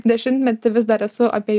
dešimtmetį vis dar esu apie